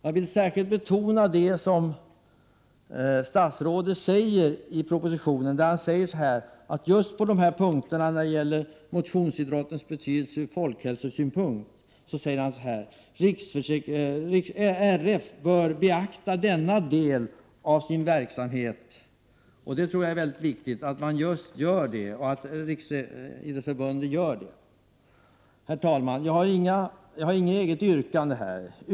Jag vill särskilt betona att statsrådet i propositionen säger att just när det gäller motionsidrottens betydelse ur folkhälsosynpunkt bör RF beakta denna del av sin verksamhet. Det tror jag är mycket viktigt. Herr talman! Jag har inget eget yrkande här.